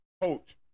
coach